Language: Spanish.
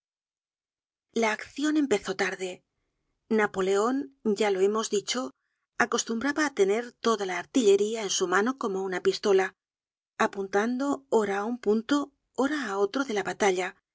la accion empezó tarde napoleon ya lo hemos dicho acostumbraba á tener toda la artillería en su mano como una pistola apuntando ora á un punto ora á otro de la batalla